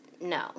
No